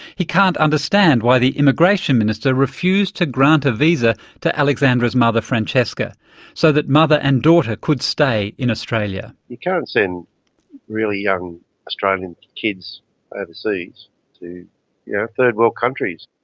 he can't understand why the immigration minister refused to grant a visa to alexandra's mother francesca so that mother and daughter could stay in australia. you can't send really young australian kids overseas to yeah third-world countries.